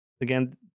Again